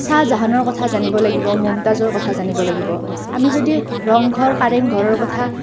শাহ জাহানৰ কথা জানিব লাগিব মমতাজৰ কথা জানিব লাগিব আমি যদি ৰংঘৰ কাৰেং ঘৰৰ কথা